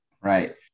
right